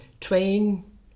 train